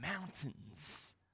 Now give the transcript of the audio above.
mountains